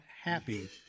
happy